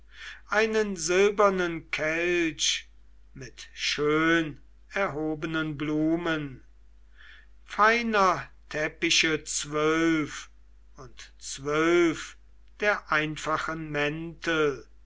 einen silbernen kelch mit schönerhobenen blumen feiner teppiche zwölf und zwölf der einfachen mäntel